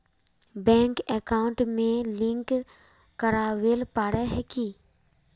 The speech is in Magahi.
बैंक अकाउंट में लिंक करावेल पारे है की?